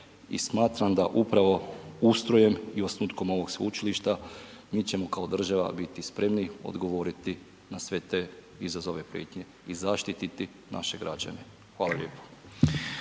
smatram da upravo ustrojem i osnutkom ovog sveučilišta mi ćemo kao država biti spremni odgovoriti na sve te izazove i prijetnje i zaštititi naše građane. Hvala lijepo.